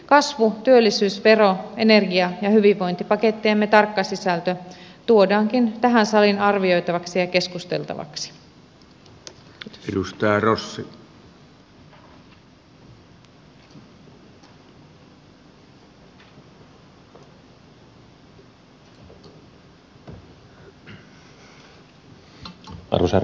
kasvu työllisyys vero energia ja hyvinvointipakettiemme tarkka sisältö tuodaankin tähän saliin arvioitavaksi ja keskusteltavaksi